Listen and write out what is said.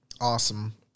Awesome